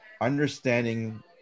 understanding